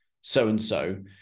so-and-so